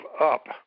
up